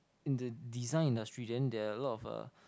in the design industry then there are a lot of uh